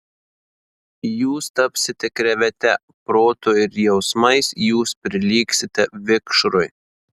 jūs tapsite krevete protu ir jausmais jūs prilygsite vikšrui